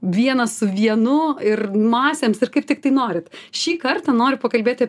vienas su vienu ir masėms ir kaip tiktai norit šį kartą noriu pakalbėti